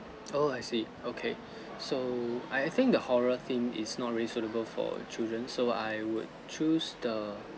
oh I see okay so I I think the horror thing is not reasonable for children so I would choose the